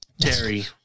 Terry